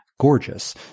Gorgeous